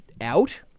out